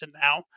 now